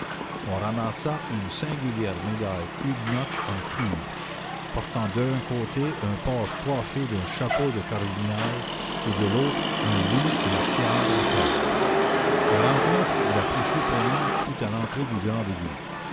on ramassa une singulière médaille huguenote en cuivre portant d'un côté un porc coiffé d'un chapeau de cardinal et de l'autre un loup la tiare en tête la rencontre la plus surprenante fut à l'entrée du grand égout